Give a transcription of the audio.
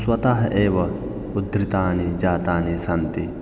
स्वतः एव उद्धृतानि जातानि सन्ति